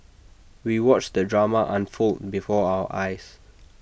we watched the drama unfold before our eyes